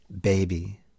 baby